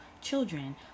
children